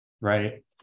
right